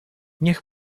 niech